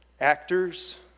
actors